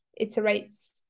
iterates